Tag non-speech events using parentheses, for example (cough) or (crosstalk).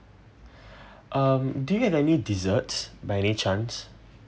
(breath) um do you have any dessert by any chance